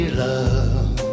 love